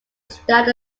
stand